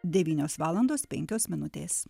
devynios valandos penkios minutės